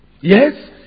Yes